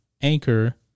Anchor